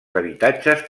habitatges